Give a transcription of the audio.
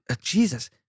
Jesus